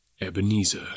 Ebenezer